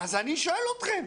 אז אני שואל אתכם,